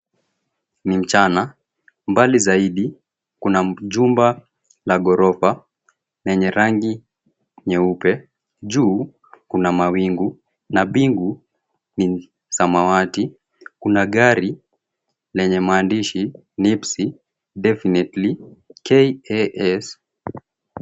Ni mchana. Mbali zaidi kuna jumba la gorofa lenye rangi nyeupe. Juu kuna mawingu na mbingu ni samawati. Kuna gari lenye maandishi, Nipsey Definitely KAS.